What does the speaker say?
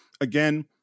Again